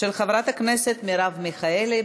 של חברת הכנסת מרב מיכאלי.